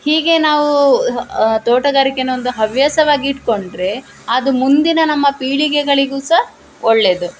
ಹೀಗೆ ನಾವು ತೋಟಗಾರಿಕೆಯನೊಂದು ಹವ್ಯಾಸವಾಗಿ ಇಟ್ಟುಕೊಂಡ್ರೆ ಅದು ಮುಂದಿನ ನಮ್ಮ ಪೀಳಿಗೆಗಳಿಗು ಸಹ ಒಳ್ಳೆಯದು